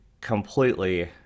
completely